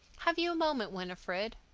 have you a moment, winifred?